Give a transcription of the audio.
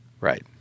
Right